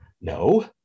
no